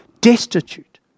Destitute